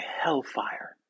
hellfire